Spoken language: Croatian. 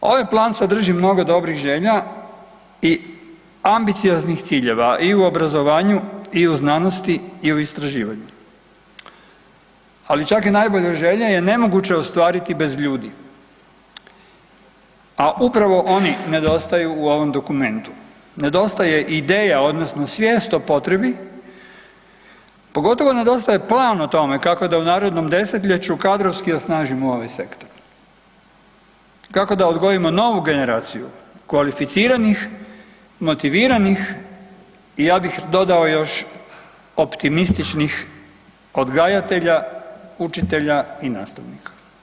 Ovaj plan sadrži mnogo dobrih želja i ambicioznih ciljeva i u obrazovanju i u znanosti i u istraživanju, ali čak i najbolje želje je nemoguće ostvariti bez ljudi, a upravo oni nedostaju u ovom dokumentu, nedostaje ideja odnosno svijest o potrebi pogotovo nedostaje plan o tome kako da u narednom desetljeću kadrovski osnažimo ovaj sektor, kako da odgojimo novu generaciju kvalificiranih, motiviranih i ja bih dodao još optimističnih odgajatelja, učitelja i nastavnika.